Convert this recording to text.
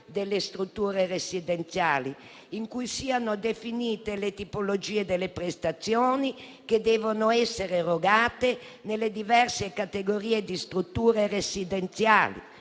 delle strutture residenziali, in cui siano definite le tipologie delle prestazioni che devono essere erogate nelle diverse categorie di strutture residenziali.